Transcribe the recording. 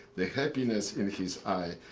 the happiness in his eye.